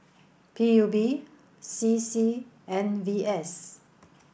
P U B C C and V S